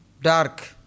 Dark